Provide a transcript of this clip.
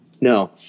No